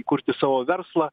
kurti savo verslą